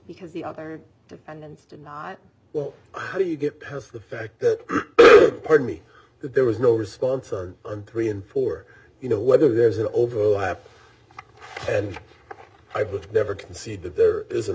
because the other did and did not well how do you get past the fact that pardon me that there was no response are three and four you know whether there's an overlap and i but never concede that there is an